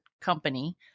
company